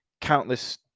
Countless